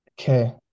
Okay